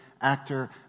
actor